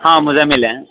ಹಾಂ